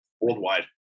worldwide